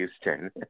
Houston